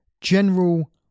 general